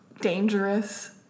dangerous